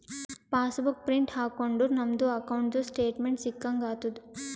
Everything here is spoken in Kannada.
ಪಾಸ್ ಬುಕ್ ಪ್ರಿಂಟ್ ಹಾಕೊಂಡುರ್ ನಮ್ದು ಅಕೌಂಟ್ದು ಸ್ಟೇಟ್ಮೆಂಟ್ ಸಿಕ್ಕಂಗ್ ಆತುದ್